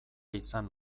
izan